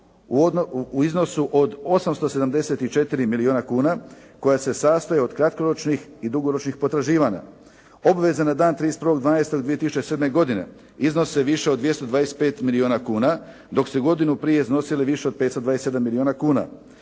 u iznosu od 874 milijuna kuna, koja se sastoji od kratkoročnih i dugoročnih potraživanja. Obveza na dan 31. 12. 2007. godine iznose više od 225 milijuna kuna, dok su godinu prije iznosili više od 527 milijuna kuna.